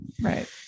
Right